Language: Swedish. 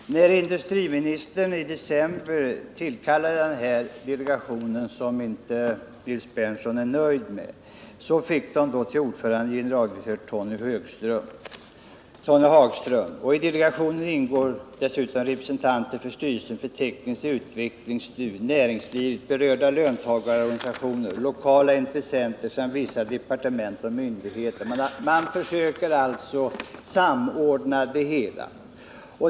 Herr talman! När industriministern i december tillkallade den här delegationen, som Nils Berndtson inte är nöjd med, fick den till ordförande generaldirektör Tony Hagström. I delegationen ingår dessutom representanter för styrelsen för teknisk utveckling , näringslivet, berörda löntagarorganisationer, lokala intressenter samt vissa departement och myndigheter. Man försöker alltså samordna verksamheten.